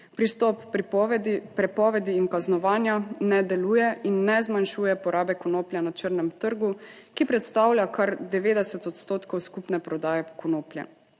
prepovedi in kaznovanja ne deluje in ne zmanjšuje porabe konoplje na črnem trgu, ki predstavlja kar 90 odstotkov skupne prodaje konoplje.